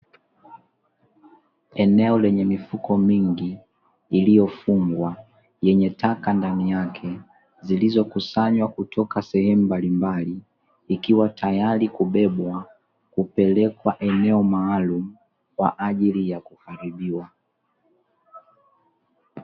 Eneo lenye mifuko mingi iliyofungwa yenye taka ndani yake, zilizokusanywa kutoka sehemu mbalimbali, ikiwa tayari kubebwa, kupelekwa eneo maalumu kwa ajili ya kuharibiwa.